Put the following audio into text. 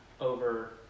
over